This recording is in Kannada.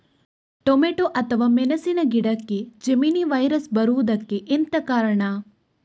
ಟೊಮೆಟೊ ಅಥವಾ ಮೆಣಸಿನ ಗಿಡಕ್ಕೆ ಜೆಮಿನಿ ವೈರಸ್ ಬರುವುದಕ್ಕೆ ಎಂತ ಕಾರಣ?